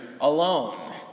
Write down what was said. alone